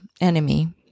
enemy